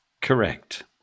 Correct